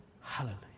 Hallelujah